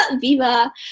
Viva